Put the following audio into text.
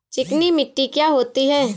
चिकनी मिट्टी क्या होती है?